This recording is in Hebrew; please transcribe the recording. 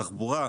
תחבורה,